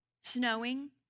snowing